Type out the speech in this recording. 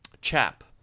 Chap